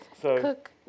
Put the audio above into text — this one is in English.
Cook